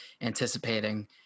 anticipating